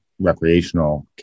recreational